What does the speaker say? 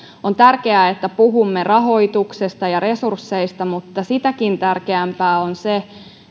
on tärkeää että puhumme rahoituksesta ja resursseista mutta sitäkin tärkeämpää on se